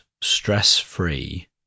stress-free